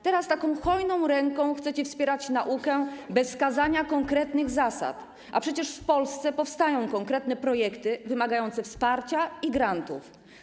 Teraz hojną ręką chcecie wspierać naukę bez wskazania konkretnych zasad, a przecież w Polsce powstają konkretne projekty wymagające wsparcia i grantów.